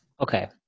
Okay